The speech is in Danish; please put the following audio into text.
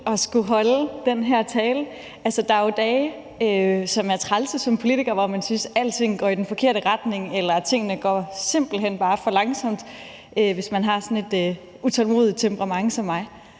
at skulle holde den her tale. Der er jo altså dage, som er trælse som politiker, hvor man synes alting går i den forkerte retning, eller at tingene simpelt hen bare går for langsomt, hvis man har et utålmodigt temperament som mig,